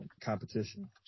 competition